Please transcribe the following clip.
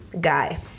guy